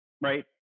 right